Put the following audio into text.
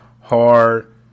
hard